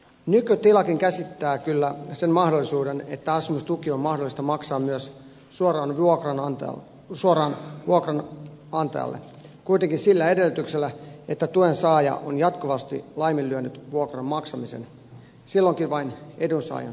nykytilakin käsittää kyllä sen mahdollisuuden että asumistuki on mahdollista maksaa myös suoraan vuokranantajalle kuitenkin sillä edellytyksellä että tuensaaja on jatkuvasti laiminlyönyt vuokran maksamisen silloinkin vain edunsaajan suostumuksella